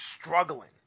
struggling